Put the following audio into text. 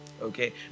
okay